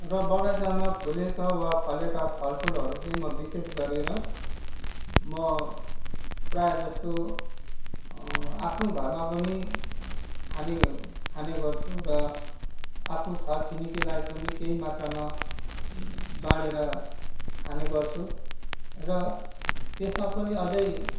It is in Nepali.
र बगैँचामा फुलेको वा फलेका फलफुलहरू चाहिँ म विशेष गरेर म प्राय जस्तो आफ्नो घरमा पनि खाने खाने गर्छु र आफ्नो छर छिमेकीलाई पनि केही मात्रामा बाँडेर खाने गर्छु र त्यसमा पनि अझै